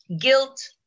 guilt